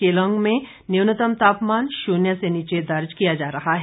केलंग में न्यूनतम तापमान शून्य से नीचे दर्ज किया जा रहा है